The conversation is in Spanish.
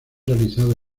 realizado